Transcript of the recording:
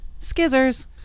Skizzers